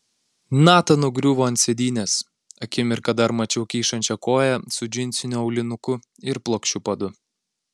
nata nugriuvo ant sėdynės akimirką dar mačiau kyšančią koją su džinsiniu aulinuku ir plokščiu padu